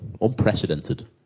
unprecedented